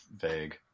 vague